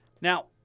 Now